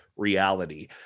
reality